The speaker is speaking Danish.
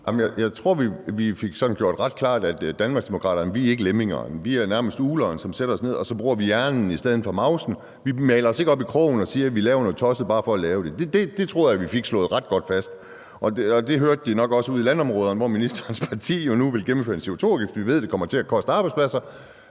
klart, at Danmarksdemokraterne ikke er lemminger. Vi er nærmest ugler, som sætter sig ned, og så bruger vi hjernen i stedet for mavsen. Vi maler os ikke op i krogen og siger, at vi laver noget tosset bare for at lave det. Det tror jeg vi fik slået ret godt fast. Det hørte de nok også ude i landområderne, hvor ministerens parti jo nu vil gennemføre en CO2-afgift. Vi ved, det kommer til at koste arbejdspladser,